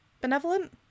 benevolent